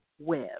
Web